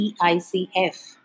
EICF